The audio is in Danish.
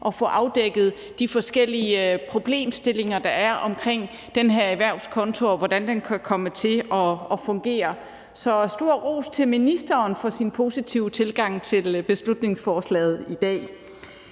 at få afdækket de forskellige problemstillinger, der er omkring den her erhvervskonto, og hvordan den kan komme til at fungere. Så stor ros til ministeren for sin positive tilgang til beslutningsforslaget i dag.